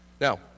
Now